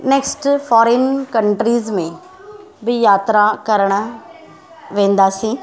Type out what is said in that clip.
next foreign countries में बि यात्रा करण वेंदासीं